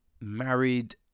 married